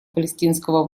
палестинского